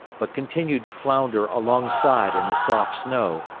but continued to flounder alongside in the soft snow,